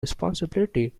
responsibility